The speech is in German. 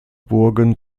burgen